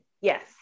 Yes